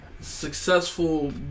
successful